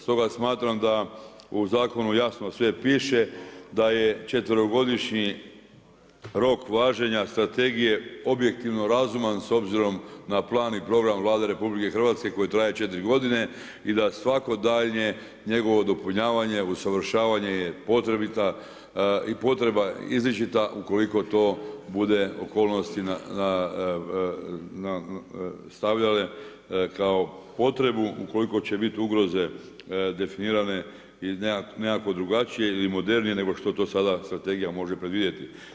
Stoga smatram da u zakonu jasno sve piše, da je četverogodišnji rok važenja strategije objektivno razuman s obzirom na plan i program Vlade RH koji traje 4 godine i da svako daljnje njegovo dopunjavanje, usavršavanje je potrebita i potreba izričita ukoliko to bude okolnosti stavljale kao potrebu ukoliko će biti ugroze definirane i nekako drugačije ili modernije nego što to sada strategija može predvidjeti.